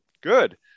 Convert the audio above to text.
Good